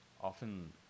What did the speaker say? often